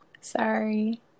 sorry